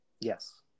Yes